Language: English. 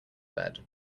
bed